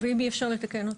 ואם אי אפשר לתקן אותו,